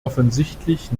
offensichtlich